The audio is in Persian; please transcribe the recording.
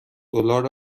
دلار